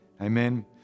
Amen